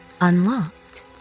unlocked